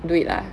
do it lah